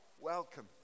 welcome